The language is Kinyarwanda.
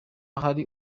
hari